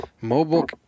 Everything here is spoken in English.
Mobile